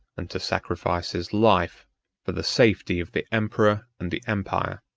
and to sacrifice his life for the safety of the emperor and the empire.